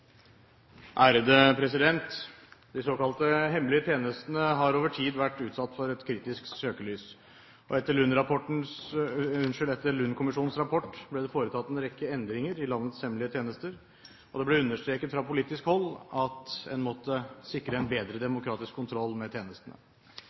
anses vedtatt. De såkalte hemmelige tjenestene har over tid vært utsatt for et kritisk søkelys. Etter Lund-kommisjonens rapport ble det foretatt en rekke endringer i landets hemmelige tjenester, og det ble understreket fra politisk hold at en måtte sikre en bedre